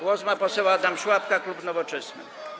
Głos ma poseł Adam Szłapka, klub Nowoczesna.